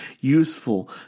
useful